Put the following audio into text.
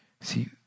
See